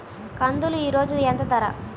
కందులు ఈరోజు ఎంత ధర?